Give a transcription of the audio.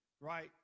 right